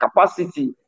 capacity